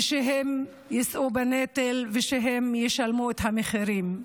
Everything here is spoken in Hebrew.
והם יישאו בנטל, והם ישלמו את המחירים.